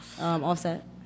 offset